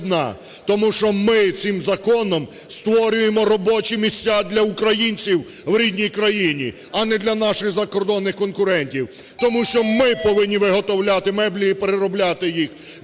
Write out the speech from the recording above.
Тому що ми цим законом створюємо робочі місця для українців в рідній країні, а не для наших закордонних конкурентів. Тому що ми повинні виготовляти меблі і переробляти їх,